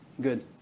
Good